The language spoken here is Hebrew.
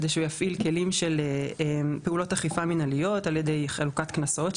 כדי שהוא יפעיל כלים של פעולות אכיפה מינהליות על ידי חלוקת קנסות.